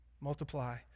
multiply